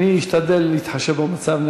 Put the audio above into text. אני אשתדל להתחשב במצב.